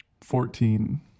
Fourteen